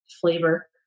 flavor